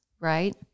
right